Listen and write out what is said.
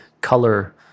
color